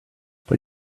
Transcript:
but